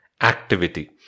activity